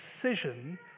precision